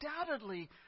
undoubtedly